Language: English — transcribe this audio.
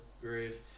grave